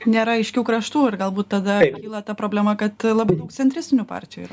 nėra aiškių kraštų ir galbūt tada kyla ta problema kad labai daug centristinių partijų yra